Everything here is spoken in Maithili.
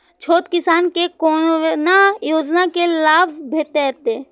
छोट किसान के कोना योजना के लाभ भेटते?